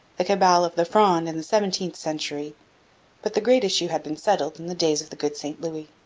the cabal of the fronde in the seventeenth century but the great issue had been settled in the days of the good st louis.